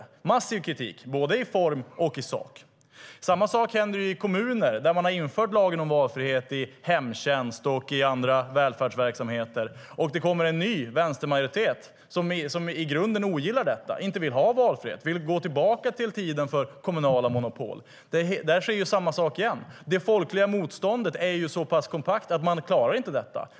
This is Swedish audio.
Kritiken har varit massiv både i form och i sak. Samma sak händer i kommuner där man har infört lagen om valfrihet i hemtjänst och i andra välfärdsverksamheter. Om det kommer en ny vänstermajoritet som i grunden ogillar detta, inte vill ha valfrihet och vill gå tillbaka till tiden med kommunala monopol blir det samma sak igen. Det folkliga motståndet är så pass kompakt att man inte klarar detta.